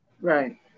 Right